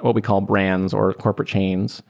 what we call brands or corporate chains.